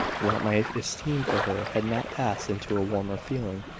that my esteem for her had not passed into a warmer feeling,